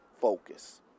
focus